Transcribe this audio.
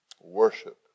Worship